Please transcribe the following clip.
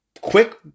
quick